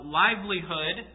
livelihood